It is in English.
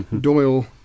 Doyle